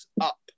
up